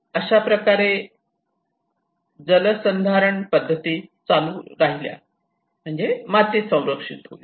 अशाच प्रकारे जलसंधारण पद्धती चालू राहिल्या म्हणजे माती संरक्षित होईल